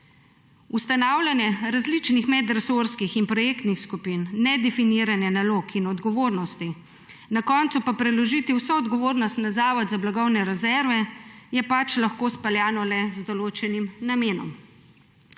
Ustanavljanje različnih medresorskih in projektnih skupin, nedefiniranje nalog in odgovornosti, na koncu pa preložitev vse odgovornosti na Zavod za blagovne rezerve je pač lahko izpeljano le z določenim namenom.